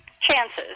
chances